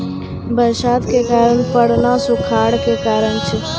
बरसात के कम पड़ना सूखाड़ के कारण छै